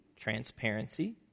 transparency